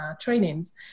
trainings